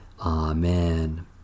Amen